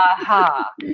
aha